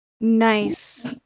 Nice